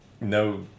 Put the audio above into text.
no